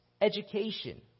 education